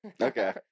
Okay